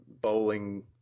bowling